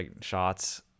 shots